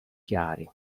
chiari